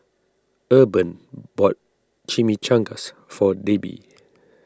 Urban bought Chimichangas for Debi